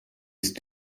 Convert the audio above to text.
ist